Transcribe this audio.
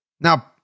Now